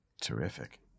Terrific